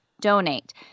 donate